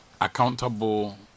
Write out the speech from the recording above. accountable